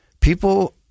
People